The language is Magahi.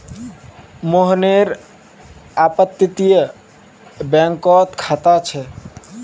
मोहनेर अपततीये बैंकोत खाता छे